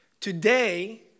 Today